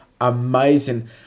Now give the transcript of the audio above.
amazing